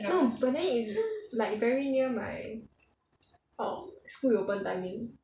no but then it's like very near my um school reopen timing